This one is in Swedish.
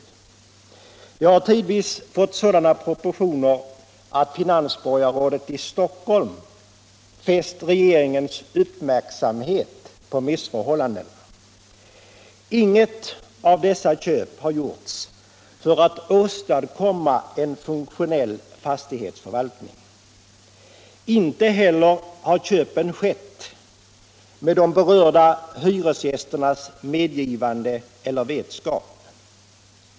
Verksamheten har tidvis fått sådana proportioner att finansborgarrådet i Stockholm har fäst regeringens uppmärksamhet på rådande missförhållanden. Inte något av dessa spekulationsköp har gjorts för att åstadkomma en funktionell fastighetsförvaltning. Inte heller har köpen skett med de berörda hyresgästernas medgivande eller vetskap.